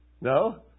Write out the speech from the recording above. No